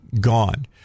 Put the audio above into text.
gone